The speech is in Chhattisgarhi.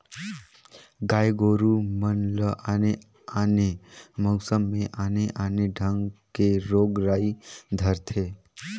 गाय गोरु मन ल आने आने मउसम में आने आने ढंग के रोग राई धरथे